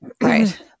Right